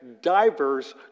diverse